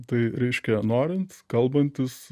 tai reiškia norint kalbantis